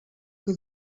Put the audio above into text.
que